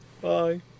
bye